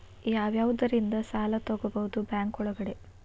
ಯಾವ್ಯಾವುದರಿಂದ ಸಾಲ ತಗೋಬಹುದು ಬ್ಯಾಂಕ್ ಒಳಗಡೆ?